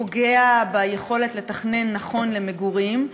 פוגע ביכולת לתכנן נכון למגורים,